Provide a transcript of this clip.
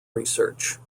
research